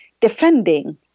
defending